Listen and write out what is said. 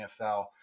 NFL